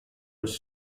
was